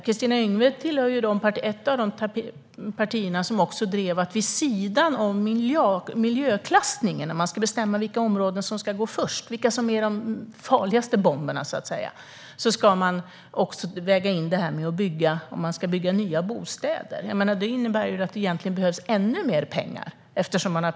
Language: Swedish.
Kristina Yngwe hör till ett av de partier som har drivit att man vid sidan om miljöklassningen - när man ska bestämma vilka områden som ska gå först och är de farligaste bomberna, så att säga - också ska väga in om det ska byggas nya bostäder. Det innebär att det behövs ännu mer pengar.